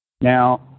now